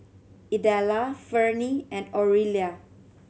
Idella Ferne and Orilla